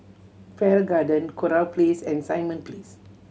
Farrer Garden Kurau Place and Simon Place